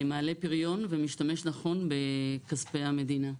מעלה פריון ומשתמש נכון בכספי המדינה.